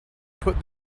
put